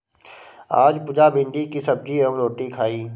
आज पुजा भिंडी की सब्जी एवं रोटी खाई